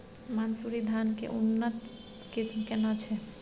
मानसुरी धान के उन्नत किस्म केना छै?